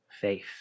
faith